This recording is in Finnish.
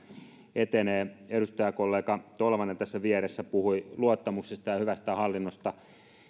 etenee edustajakollega tolvanen tässä vieressä puhui luottamuksesta ja hyvästä hallinnosta